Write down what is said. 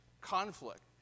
conflict